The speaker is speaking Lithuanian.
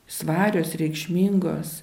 svarios reikšmingos